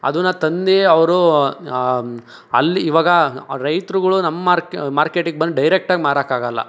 ಅದನ್ನು ತಂದು ಅವರು ಆಂ ಅಲ್ಲಿ ಇವಾಗ ಆ ರೈತರುಗಳು ನಮ್ಮ ಮಾರ್ಕ್ ಮಾರ್ಕೆಟಿಗೆ ಬಂದು ಡೈರೆಕ್ಟಾಗಿ ಮಾರೋಕ್ಕಾಗೋಲ್ಲ